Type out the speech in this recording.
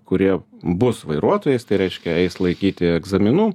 kurie bus vairuotojais tai reiškia eis laikyti egzaminų